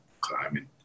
climbing